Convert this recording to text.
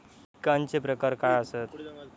कीटकांचे प्रकार काय आसत?